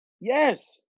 Yes